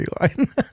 line